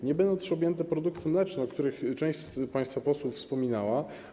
Nie będą też nimi objęte produkty mleczne, o których część z państwa posłów wspominała.